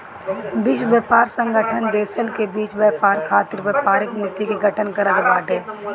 विश्व व्यापार संगठन देसन के बीच व्यापार खातिर व्यापारिक नीति के गठन करत बाटे